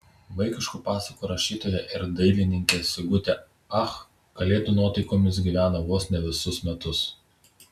vaikiškų pasakų rašytoja ir dailininkė sigutė ach kalėdų nuotaikomis gyvena vos ne visus metus